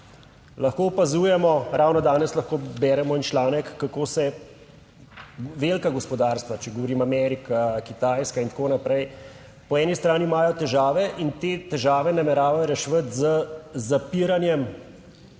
Lahko opazujemo, ravno danes lahko beremo en članek, kako velika gospodarstva, če govorim Amerika, Kitajska in tako naprej, po eni strani imajo težave in te težave nameravajo reševati z zapiranjem, bi